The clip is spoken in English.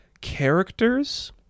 characters